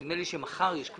נדמה לי שמחר אבל